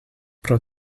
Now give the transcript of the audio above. pro